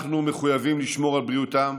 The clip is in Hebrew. אנחנו מחויבים לשמור על בריאותם,